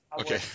Okay